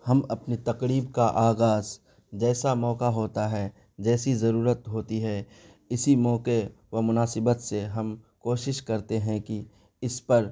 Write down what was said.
ہم اپنی تقریب کا آغاز جیسا موقع ہوتا ہے جیسی ضرورت ہوتی ہے اسی موقعے و مناسبت سے ہم کوشش کرتے ہیں کہ اس پر